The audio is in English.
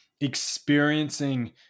experiencing